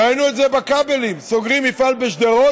ראינו את זה בכבלים: סוגרים מפעל בשדרות,